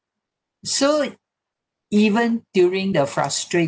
so even during the frustrating